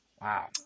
Wow